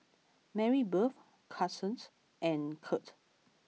Marybeth Carsen and Curt